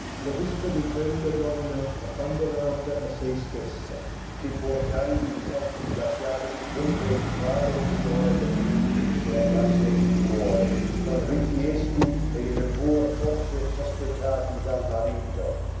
la vista di quella donna abbandonata a se stessa che pur dagli occhi lasciava intendere quale tesoro d'affetti serbasse in cuore non richiesti e neppur forse sospettati dal marito